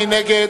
מי נגד?